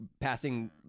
passing